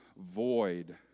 void